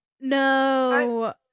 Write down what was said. no